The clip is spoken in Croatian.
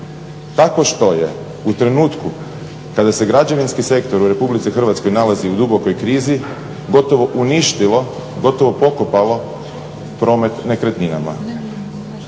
Tako što je u trenutku kada se građevinski sektor u RH nalazi u dubokoj krizi gotovo uništilo, gotovo pokopalo promet nekretninama.